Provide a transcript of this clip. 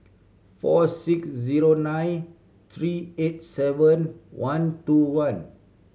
four six zero nine three eight seven one two one